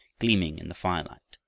gleaming in the firelight,